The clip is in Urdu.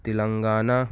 تلنگانہ